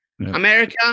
America